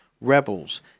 rebels